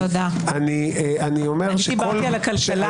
אני דיברתי על הכלכלה.